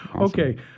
Okay